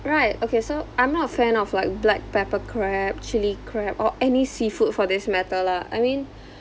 right okay so I'm not a fan of like black pepper crab chilli crab or any seafood for this matter lah I mean